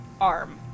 arm